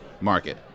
market